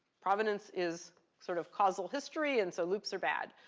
provenance is sort of causal history, and so loops are bad.